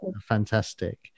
fantastic